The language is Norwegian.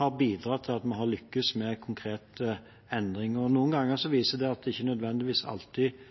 har bidratt til at vi har lyktes med konkrete endringer. Noen ganger viser det seg at det ikke nødvendigvis alltid